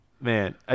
Man